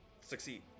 Succeed